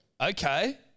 Okay